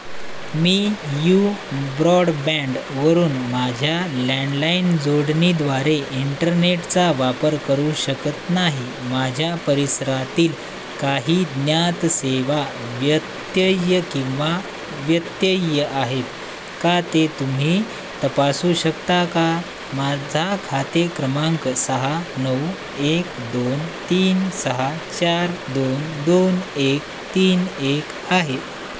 मी U broadband वरून माझ्या landline जोडणीद्वारे इंटरनेटचा वापर करू शकत नाही माझ्या परिसरातील काही ज्ञात सेवा व्यत्यय किंवा व्यत्यय आहे का ते तुम्ही तपासू शकता का माझा खाते क्रमांक सहा नऊ एक दोन तीन सहा चार दोन दोन एक तीन एक आहे